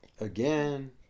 Again